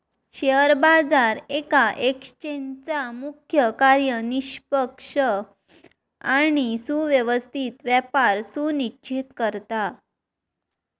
share बाजार येका एक्सचेंजचा मुख्य कार्य निष्पक्ष आणि सुव्यवस्थित व्यापार सुनिश्चित करता